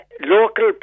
Local